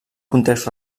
context